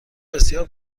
بسیار